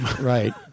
Right